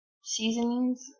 seasonings